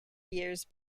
years